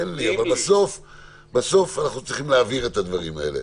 בסוף אנחנו צריכים להעביר את הדברים האלה.